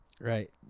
Right